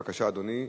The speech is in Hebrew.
אדוני,